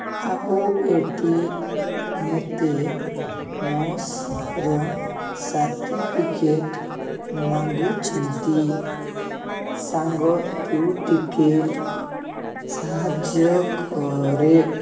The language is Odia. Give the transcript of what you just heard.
ଆଉ ଏଠି ମୋତେ ସାର୍ଟିଫିକେଟ୍ ମାଗୁଛନ୍ତି ସାଙ୍ଗ ତୁ ଟିକିଏ ସାହାଯ୍ୟ କରେ